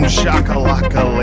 shakalaka